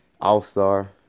all-star